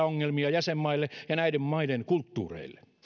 ongelmia jäsenmaille ja näiden maiden kulttuureille